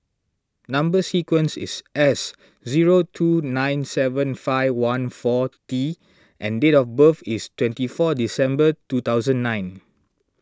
Number Sequence is S zero two nine seven five one four T and date of birth is twenty four December two thousand nine